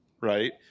right